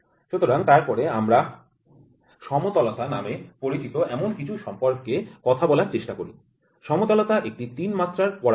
সুতরাং তারপরে আমরা সমতলতা নামে পরিচিত এমন কিছু সম্পর্কে কথা বলার চেষ্টা করি সমতলতা একটি ৩ মাত্রার পরামিতি